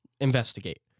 Investigate